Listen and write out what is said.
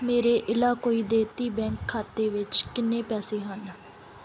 ਮੇਰੇ ਏਲਾਕੁਈ ਦੇਹਾਤੀ ਬੈਂਕ ਖਾਤੇ ਵਿੱਚ ਕਿੰਨੇ ਪੈਸੇ ਹਨ